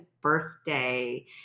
birthday